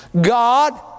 God